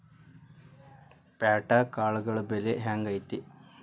ಪ್ಯಾಟ್ಯಾಗ್ ಕಾಳುಗಳ ಬೆಲೆ ಹೆಂಗ್ ಐತಿ?